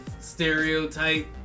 stereotype